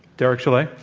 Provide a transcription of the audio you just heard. derek chollet?